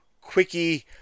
quickie